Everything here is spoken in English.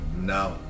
Now